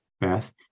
Beth